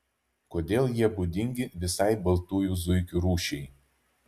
kodėl jie būdingi visai baltųjų zuikių rūšiai